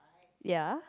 ya